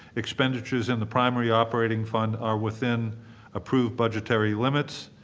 expenditures in the primary operating fund are within approved budgetary limits.